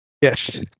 Yes